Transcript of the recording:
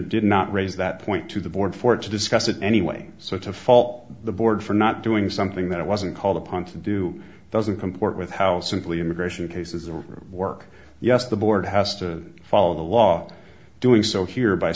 did not raise that point to the board for it to discuss it anyway so to fault the board for not doing something that it wasn't called upon to do doesn't comport with how simply immigration cases or work yes the board has to follow the law doing so here by